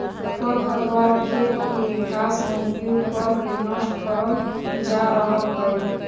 खरपतवार खेत के घास में उपयोग कर के नष्ट करल जा रहल हई